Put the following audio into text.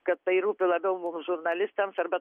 kad tai rūpi labiau mums žurnalistams arba